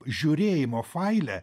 žiūrėjimo faile